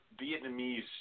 Vietnamese